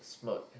smoke